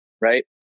right